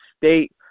State